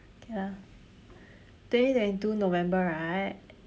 okay lah twenty twenty two november right